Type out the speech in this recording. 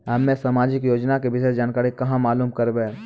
हम्मे समाजिक योजना के विशेष जानकारी कहाँ मालूम करबै?